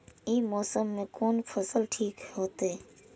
ई मौसम में कोन फसल ठीक होते?